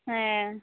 ᱦᱮᱸ